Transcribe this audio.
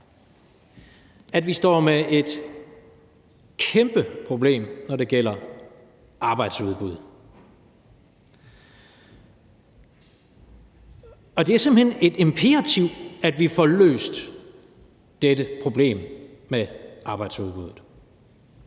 at vi står med et kæmpe problem, når det gælder arbejdsudbud. Og det er simpelt hen et imperativ, at vi får løst dette problem med arbejdsudbuddet.